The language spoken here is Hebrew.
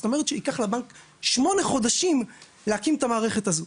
זאת אומרת שייקח לבנק שמונה חודשים להקים את המערכת הזו.